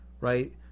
Right